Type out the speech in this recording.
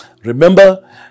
Remember